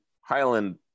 Highland